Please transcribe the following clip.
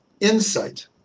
insight